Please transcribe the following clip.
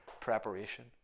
preparation